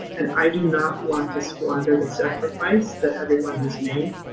and i do not want to squander the sacrifice that everyone has made.